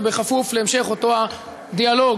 ובכפוף להמשך אותו הדיאלוג,